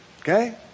Okay